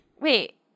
Wait